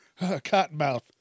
Cottonmouth